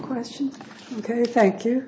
question ok thank you